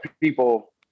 people